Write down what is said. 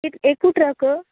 कितले एकू ट्रक